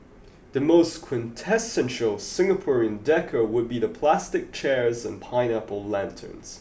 the most quintessential Singaporean decor would be the plastic chairs and pineapple lanterns